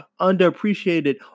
underappreciated